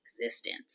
existence